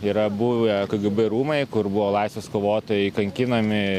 yra buvę kgb rūmai kur buvo laisvės kovotojai kankinami